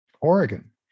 Oregon